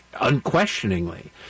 unquestioningly